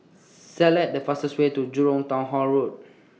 Select The fastest Way to Jurong Town Hall Road